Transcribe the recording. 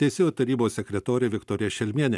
teisėjų tarybos sekretorė viktorija šelmienė